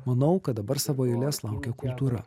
manau kad dabar savo eilės laukia kultūra